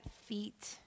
feet